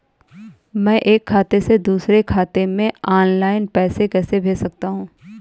मैं एक खाते से दूसरे खाते में ऑनलाइन पैसे कैसे भेज सकता हूँ?